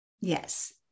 yes